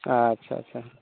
ᱟᱪᱪᱷᱟ ᱟᱪᱪᱷᱟ